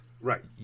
Right